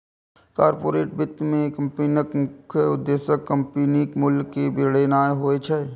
corporate वित्त मे कंपनीक मुख्य उद्देश्य कंपनीक मूल्य कें बढ़ेनाय होइ छै